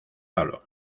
pablo